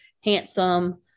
handsome